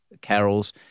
Carol's